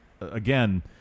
again